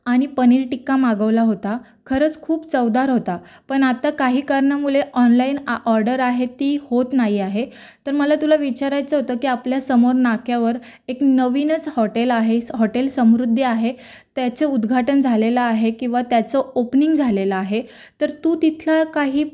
आणि पनीर टिक्का मागवला होता खरंच खूप चवदार होता पण आता काही कारणामुळे ऑनलाईन ऑर्डर आहे ती होत नाही आहे तर मला तुला विचारायचं होतं की आपल्यासमोर नाक्यावर एक नवीनच हॉटेल आहे हॉटेल समृद्धी आहे त्याचं उद्घाटन झालेलं आहे किंवा त्याचं ओपनिंग झालेलं आहे तर तू तिथलं काही